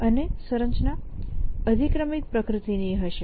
અને સંરચના અધિક્રમિક પ્રકૃતિની હશે